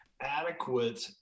adequate